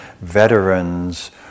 veterans